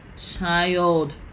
Child